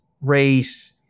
race